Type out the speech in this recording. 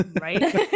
Right